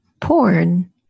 porn